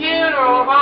Funeral